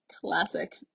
classic